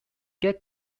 get